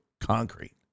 concrete